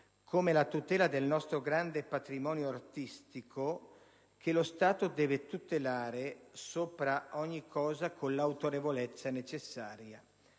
come la tutela del nostro grande patrimonio artistico, che lo Stato deve garantire sopra ogni cosa, con l'autorevolezza necessaria.